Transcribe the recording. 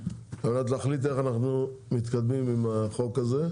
על מנת להחליט איך אנחנו מתקדמים עם החוק הזה.